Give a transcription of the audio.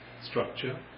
structure